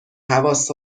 حواس